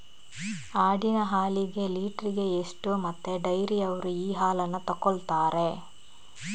ಆಡಿನ ಹಾಲಿಗೆ ಲೀಟ್ರಿಗೆ ಎಷ್ಟು ಮತ್ತೆ ಡೈರಿಯವ್ರರು ಈ ಹಾಲನ್ನ ತೆಕೊಳ್ತಾರೆ?